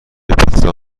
پیتزا